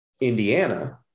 Indiana